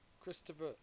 Christopher